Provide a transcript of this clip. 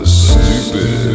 stupid